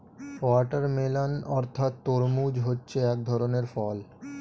watermelon অর্থাৎ তরমুজ হচ্ছে এক ধরনের ফল